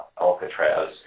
Alcatraz